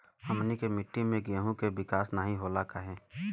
हमनी के मिट्टी में गेहूँ के विकास नहीं होला काहे?